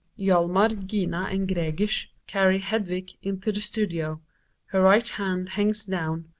hjalmar, gina and gregers carry hedvig into the studio her right hand hangs down,